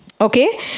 Okay